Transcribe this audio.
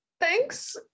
thanks